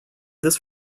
this